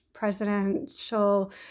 presidential